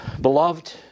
Beloved